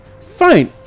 fine